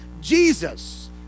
Jesus